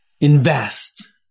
invest